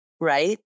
right